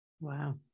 Wow